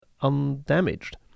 undamaged